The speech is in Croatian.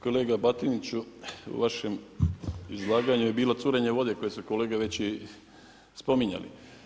Kolega Batiniću, u vašem izlaganju je bilo curenje vode koje su kolege već i spominjali.